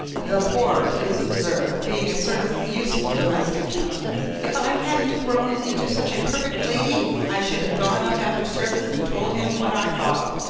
the poor, please observe, being a sort of useful domestic animal. if i hadn't grown into such a perfect lady, i should have gone up after service and told him what i thought.